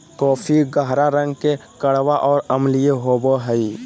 coffee गहरा रंग के कड़वा और अम्लीय होबो हइ